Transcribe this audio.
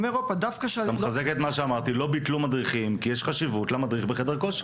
לא ביטלו מדריכים כי יש חשיבות למדריך בחדר הכושר.